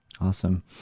awesome